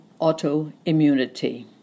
autoimmunity